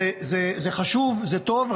זה חשוב וזה טוב,